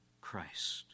Christ